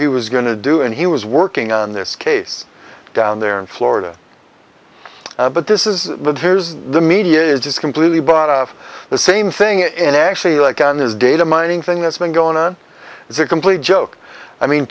he was going to do and he was working on this case down there in florida but this is but here's the media is completely bought of the same thing and actually like on this data mining thing that's been going on is a complete joke i mean